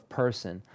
person